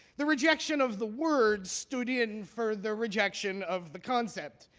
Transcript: the rejection of the word stood in for the rejection of the concept,